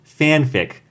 fanfic